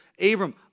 Abram